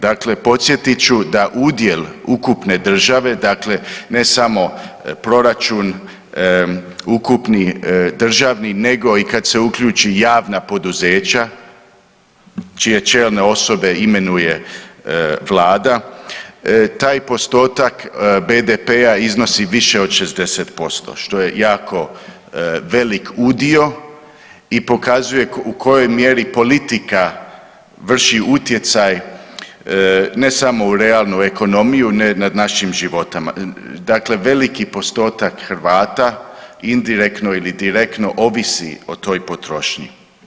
Dakle podsjetit ću da udjel ukupne države dakle ne samo proračun ukupni državni nego i kad se uključe i javna poduzeća čije čelne osobe imenuje vlada, taj postotak BDP-a iznosi više od 60%, što je jako velik udio i pokazuje u kojoj mjeri politika vrši utjecaj ne samo u realnu ekonomiju nad našim životima, dakle veliki postotak Hrvata indirektno ili direktno ovisi o toj potrošnji.